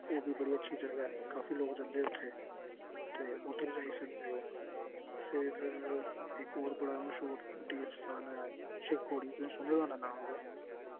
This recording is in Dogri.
ओह् बी बड़ी अच्छी जगह् काफी लोक जंदे उत्थे ते उद्धर जाई सकदे ओ फिर इक होर बड़ा मश्हूर तीर्थ स्थान ऐ शिवखोड़ी तुसें सुने दा होना नांऽ ओह्दा